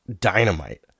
dynamite